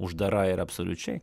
uždara yra absoliučiai